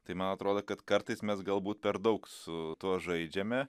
tai man atrodo kad kartais mes galbūt per daug su tuo žaidžiame